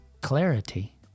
Clarity